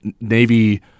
Navy